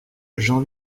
jean